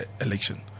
election